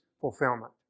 fulfillment